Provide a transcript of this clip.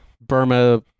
Burma